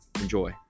Enjoy